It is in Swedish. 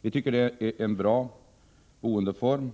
Vi tycker att bostadsrätten är en bra boendeform.